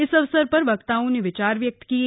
इस अवसर पर वक्ताओं ने विचार वयक्त किये